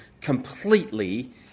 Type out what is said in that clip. completely